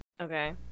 Okay